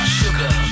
sugar